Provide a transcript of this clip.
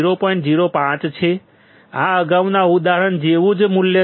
05 છે આ અગાઉના ઉદાહરણ જેવું જ મૂલ્ય છે